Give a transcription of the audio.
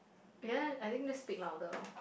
ya I think let's speak louder oh